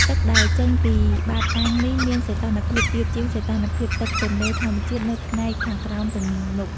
ទឹកដែលចេញពីបាតអាងនេះមាន សីតុណ្ហភាពទាបជាង សីតុណ្ហភាពទឹកទន្លេធម្មជាតិនៅផ្នែកខាងក្រោមទំនប់។